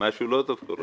משהו לא טוב קורה.